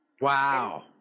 Wow